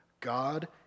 God